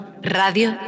Radio